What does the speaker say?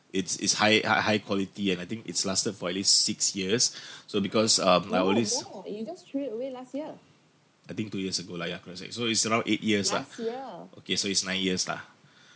it's it's high ah high quality and I think it's lasted for at least six years so because um nowadays I think two years ago lah ya correct so it's around eight years lah okay so it's nine years lah